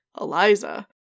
eliza